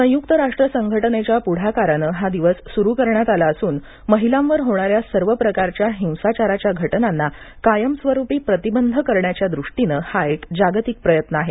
संयुक्त राष्ट्र संघटनेच्या पुढाकारानं हा दिवस सुरु करण्यात आला असून महिलांवर होणा या सर्व प्रकारच्या हिंसाचाराच्या घटनांना कायमस्वरूपी प्रतिबंध करण्याच्या दृष्टीनं हा एक जागतिक प्रयत्न आहे